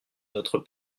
notre